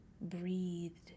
breathed